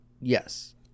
Yes